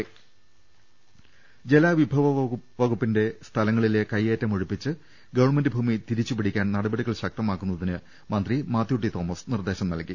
രുട്ട്ട്ട്ട്ട്ട്ട്ട്ട ജലവിഭവ വകൂപ്പിന്റെ സ്ഥലങ്ങളിലെ കൈയ്യേറ്റം ഒഴിപ്പിച്ച് ഗവൺമെന്റ് ഭൂമി തിരിച്ചുപിടിക്കാൻ നടപടികൾ ശക്തമാക്കുന്നതിന് മന്ത്രി മാത്യു ടി തോമസ് നിർദ്ദേശം നൽകി